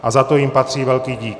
A za to jim patří velký dík.